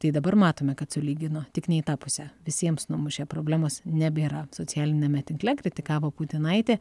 tai dabar matome kad sulygino tik ne į tą pusę visiems numušė problemos nebėra socialiniame tinkle kritikavo putinaitė